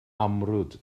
amrwd